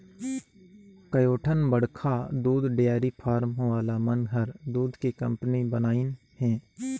कयोठन बड़खा दूद डेयरी फारम वाला मन हर दूद के कंपनी बनाईंन हें